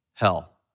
hell